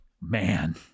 Man